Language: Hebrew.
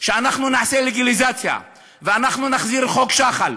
שאנחנו נעשה לגליזציה ואנחנו נחזיר את חוק שחל.